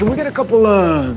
get a couple of